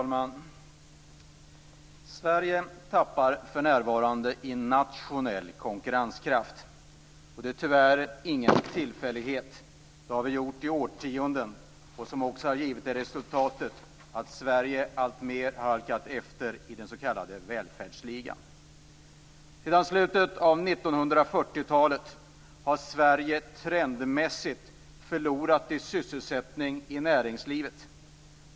Fru talman! Sverige tappar för närvarande i nationell konkurrenskraft, och det är tyvärr ingen tillfällighet. Det har vi gjort i årtionden, och det har också givit resultatet att Sverige alltmer har halkat efter i den s.k. välfärdsligan. Sedan slutet av 1940-talet har Sverige trendmässigt förlorat i sysselsättning i näringslivet.